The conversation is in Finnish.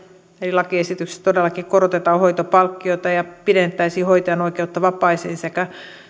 lakiesityksissä todellakin korotettaisiin hoitopalkkiota ja pidennettäisiin hoitajan oikeutta vapaisiin sekä